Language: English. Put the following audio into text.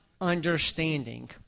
understanding